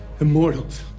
Immortals